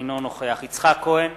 אינו נוכח יצחק כהן,